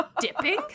dipping